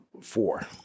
four